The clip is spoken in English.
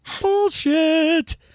Bullshit